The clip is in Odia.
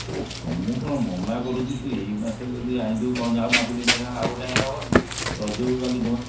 ଏ ଶୁଣୁନୁ ମୁଁ କ'ଣ ମନା କରୁଛି ତୁ ଏଇ ମାସରେ ଯଦି ଆଣିବୁ କ'ଣ ଆଉ ମାସେ ଦୁଇ ମାସ ଗଲେ ଆଉ ଗୋଟେ ଆଣିଲେ ହେବନି ରଜକୁ ଖାଲି ନୂଆ